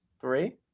Three